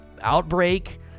Outbreak